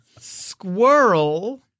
Squirrel